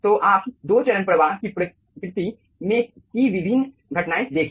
तो आप दो चरण प्रवाह की प्रकृति में की विभिन्न घटनाएं देखिए